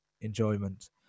enjoyment